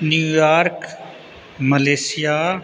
New York Malaysia